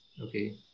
Okay